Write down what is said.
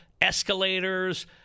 escalators